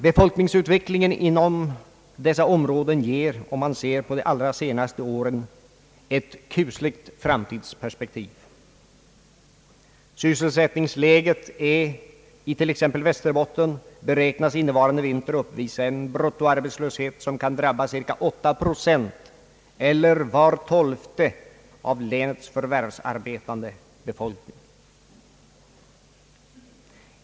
Befolkningsutvecklingen inom dessa områden ger ett kusligt framtidsperspektiv, om man ser på de allra senaste åren. Sysselsättningsläget i t.ex. Västerbotten beräknas innevarande vinter uppvisa en bruttoarbetslöshet, som kan drabba cirka 8 procent eller var tolfte av länets förvärvsarbetande befolkning.